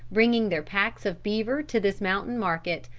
bringing their packs of beaver to this mountain market,